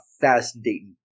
fascinating